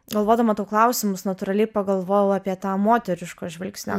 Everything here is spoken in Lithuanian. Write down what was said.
galvodama tau klausimus natūraliai pagalvojau apie tą moteriško žvilgsnio